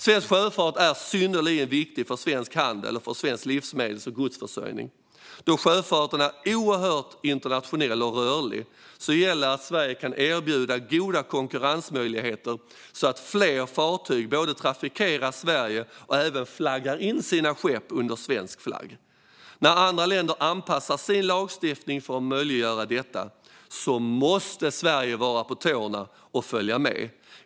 Svensk sjöfart är synnerligen viktig för svensk handel och för svensk livsmedels och godsförsörjning. Då sjöfarten är oerhört internationell och rörlig gäller att Sverige kan erbjuda goda konkurrensmöjligheter, så att fler fartyg både trafikerar Sverige och även flaggar in sina skepp under svensk flagg. När andra länder anpassar sin lagstiftning för att möjliggöra detta måste Sverige vara på tårna och följa med.